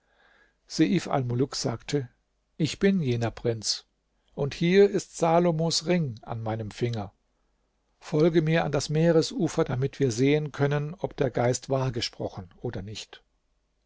sagte ich bin jener prinz und hier ist salomos ring an meinem finger folge mir an das meeresufer damit wir sehen können ob der geist wahr gesprochen oder nicht